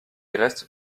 reste